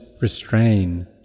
restrain